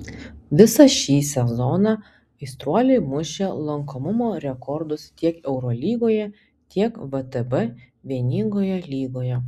visą šį sezoną aistruoliai mušė lankomumo rekordus tiek eurolygoje tiek vtb vieningoje lygoje